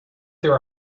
there